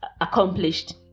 accomplished